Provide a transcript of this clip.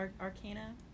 arcana